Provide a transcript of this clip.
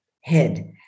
head